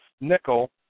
nickel